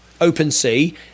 OpenSea